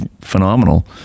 phenomenal